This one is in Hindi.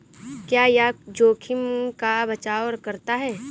क्या यह जोखिम का बचाओ करता है?